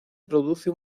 produce